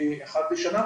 אחת לשנה,